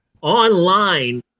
online